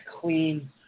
clean